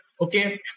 Okay